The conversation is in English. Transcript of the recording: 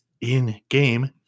in-game